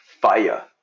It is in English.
fire